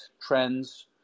trends